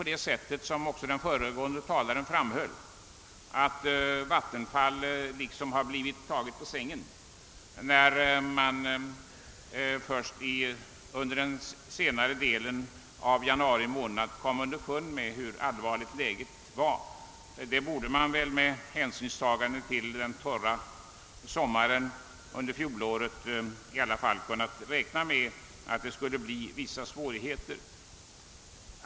Som också den föregående talaren framhöll har Vattenfall tydligen blivit taget på sängen när man först under senare delen av januari månad kom underfund med hur allvarligt läget var. Med hänsyn till den torra sommaren under fjolåret borde man väl ändå ha kunnat räkna med att det skulle uppstå vissa svårigheter.